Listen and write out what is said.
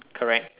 correct